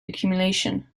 accumulation